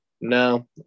no